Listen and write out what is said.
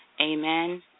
Amen